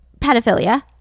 pedophilia